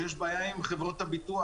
שיש בעיה עם חברות הביטוח.